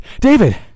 David